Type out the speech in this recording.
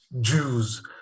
Jews